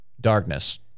darkness